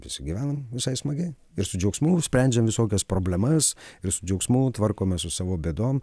visi gyvenam visai smagiai ir su džiaugsmu sprendžiam visokias problemas ir su džiaugsmu tvarkomės su savo bėdom